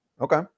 Okay